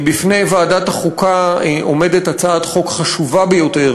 בפני ועדת החוקה עומדת הצעת חוק חשובה ביותר,